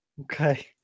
okay